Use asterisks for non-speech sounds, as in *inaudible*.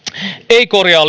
ei korjaa *unintelligible*